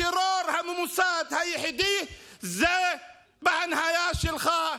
הטרור הממוסד היחידי זה בהנהלה שלך,